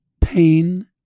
pain